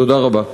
תודה רבה.